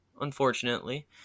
unfortunately